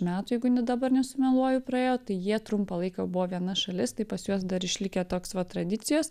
metų jeigu ne dabar nesumeluoju praėjo tai jie trumpą laiką buvo viena šalis taip pas juos dar išlikę toks va tradicijos